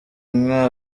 inka